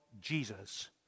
Jesus